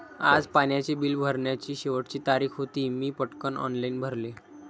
आज पाण्याचे बिल भरण्याची शेवटची तारीख होती, मी पटकन ऑनलाइन भरले